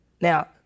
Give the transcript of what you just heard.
Now